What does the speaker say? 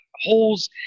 holes